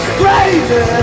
crazy